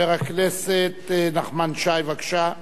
חבר הכנסת נחמן שי, בבקשה.